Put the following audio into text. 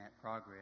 progress